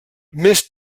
més